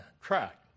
track